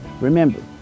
remember